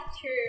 true